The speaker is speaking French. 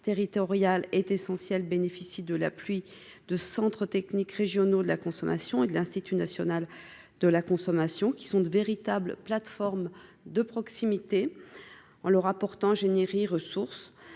territoriale est essentiel, bénéficie de la pluie de centres techniques régionaux de la consommation et de l'Institut national de la consommation, qui sont de véritables plateformes de proximité en leur apportant ressources